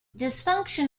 dysfunction